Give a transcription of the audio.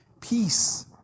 peace